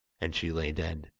and she lay dead.